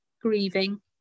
grieving